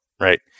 right